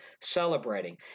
celebrating